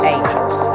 Angels